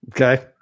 Okay